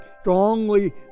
strongly